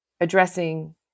addressing